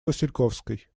васильковской